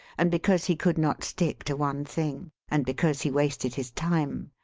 and because he could not stick to one thing, and because he wasted his time,